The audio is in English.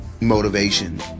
motivation